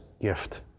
gift